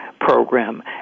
program